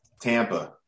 Tampa